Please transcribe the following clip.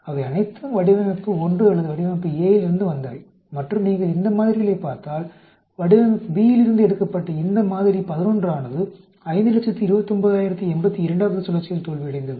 அவை அனைத்தும் வடிவமைப்பு 1 அல்லது வடிவமைப்பு A இலிருந்து வந்தவை மற்றும் நீங்கள் இந்த மாதிரிகளைப் பார்த்தால் வடிவமைப்பு B இலிருந்து எடுக்கப்பட்ட இந்த மாதிரி 11ஆனது 529082 வது சுழற்சியில் தோல்வியடைந்தது